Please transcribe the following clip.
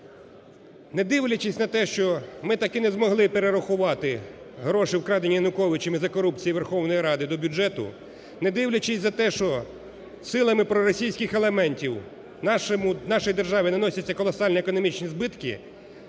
Не дивлячись на те, що ми так і не змогли перерахувати гроші, вкрадені Януковичем, із-за корупції Верховної Ради до бюджету, не дивлячись на те, що силами проросійських елементів нашій державі наносяться колосальні економічні збитки,